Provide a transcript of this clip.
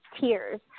tears